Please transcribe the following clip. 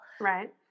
Right